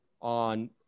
on